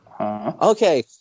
okay